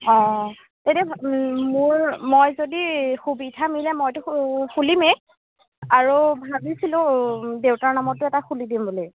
অঁ এতিয়া মোৰ মই যদি সুবিধা মিলে মইতো খুলিমেই আৰু ভাবিছিলোঁ দেউতাৰ নামতো এটা খুলি দিম বুলি